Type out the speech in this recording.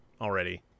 already